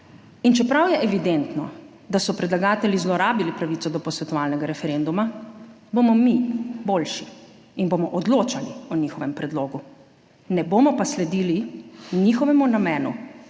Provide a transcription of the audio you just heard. In čeprav je evidentno, da so predlagatelji zlorabili pravico do posvetovalnega referenduma, bomo mi boljši in bomo odločali o njihovem predlogu, ne bomo pa sledili njihovemu namenu,